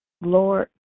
Lord